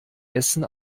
essen